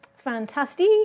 Fantastic